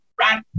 right